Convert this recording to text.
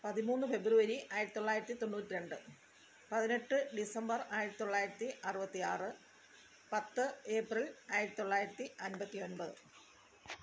പതിമൂന്ന് ഫെബ്രുവരി ആയിരത്തി തൊള്ളായിരത്തി തൊണ്ണൂറ്റി രണ്ട് പതിനെട്ട് ഡിസംബർ ആയിരത്തി തൊള്ളായിരത്തി അറുപത്തിയാറ് പത്ത് ഏപ്രിൽ ആയിരത്തി തൊള്ളായിരത്തി അൻപത്തി ഒൻപത്